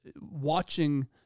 watching